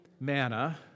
manna